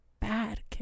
bad